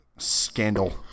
scandal